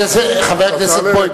חבר הכנסת בוים,